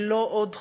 היא לא עוד חוק,